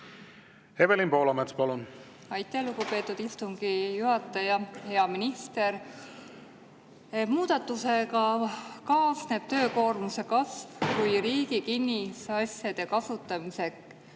Evelin Poolamets, palun! Aitäh, lugupeetud istungi juhataja! Hea minister! Muudatusega kaasneb töökoormuse kasv, kui riik kinnisasjade kasutamiseks